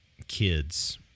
kids